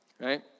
right